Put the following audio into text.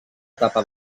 etapa